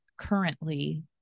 currently